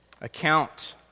account